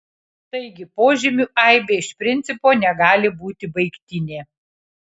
taigi požymių aibė iš principo negali būti baigtinė